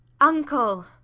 uncle